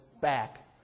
back